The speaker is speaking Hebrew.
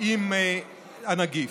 עם הנגיף.